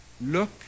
look